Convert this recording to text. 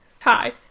Hi